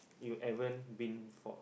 you ever been for